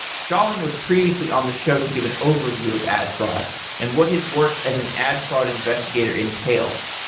shailin was previously on the show to give an overview of ad fraud and what his work as an ad fraud investigator entails.